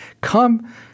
come